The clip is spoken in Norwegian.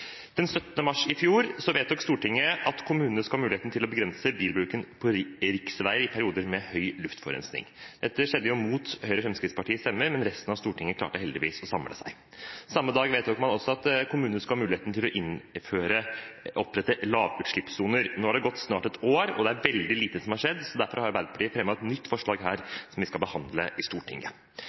mars i fjor vedtok Stortinget at kommunene skal ha mulighet til å begrense bilbruken på riksveier i perioder med høy luftforurensning. Dette skjedde mot Høyre og Fremskrittspartiets stemmer, men resten av Stortinget klarte heldigvis å samle seg. Samme dag vedtok man også at kommunene skal ha mulighet til å opprette lavutslippssoner. Nå har det snart gått et år, og det er veldig lite som har skjedd. Derfor har Arbeiderpartiet fremmet et nytt forslag som vi skal behandle i Stortinget.